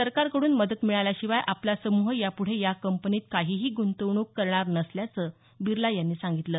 सरकारकडून मदत मिळाल्याशिवाय आपला समूह यापुढे या कंपनीत काहीही गुंतवणूक करणार नसल्याचं बिर्ला यांनी सांगितलं